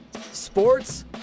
sports